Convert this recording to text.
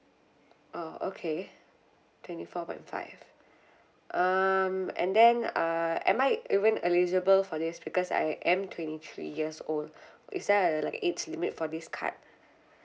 oh okay twenty four point five um and then uh am I even eligible for this because I am twenty three years old is there uh like age limit for this card